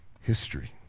history